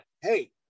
hey